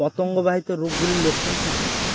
পতঙ্গ বাহিত রোগ গুলির লক্ষণ কি কি?